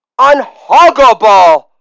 unhuggable